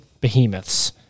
behemoths